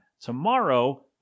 Tomorrow